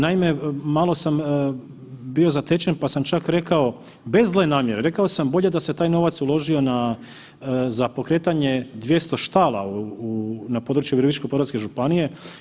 Naime, malo sam bio zatečen pa sam čak rekao bez zle namjere, rekao sam bolje da se taj novac uložio na, za pokretanje 200 štala u, na području Virovitičko-podravske županije.